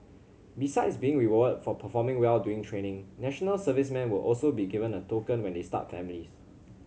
besides being rewarded for performing well during training national servicemen will also be given a token when they start families